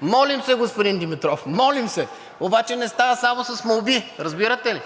Молим се, господин Димитров, молим се, обаче не става само с молби, разбирате ли?